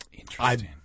Interesting